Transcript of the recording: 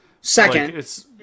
second